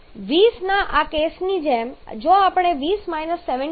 20 ના આ કેસની જેમ જો આપણે 20 − 7